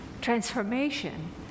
transformation